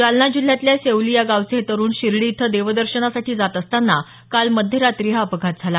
जालना जिल्ह्यातल्या शेवली या गावचे हे तरूण शिर्डी इथं देवदर्शनासाठी जात असताना काल मध्यरात्री हा अपघात झाला